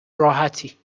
راحتی